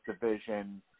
Division